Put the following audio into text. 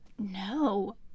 No